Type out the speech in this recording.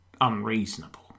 unreasonable